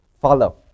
follow